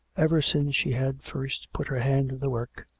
ever since she had first put her hand to the work,